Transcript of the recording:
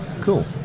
Cool